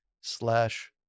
slash